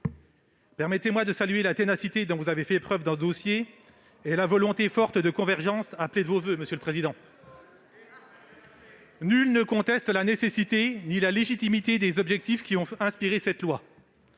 Permettez-moi de saluer la ténacité dont vous avez fait preuve dans ce dossier, madame la ministre, et la volonté forte de convergence que vous appelez de vos voeux, monsieur le président ! Nul ne conteste la nécessité ni la légitimité des objectifs qui ont inspiré cette loi.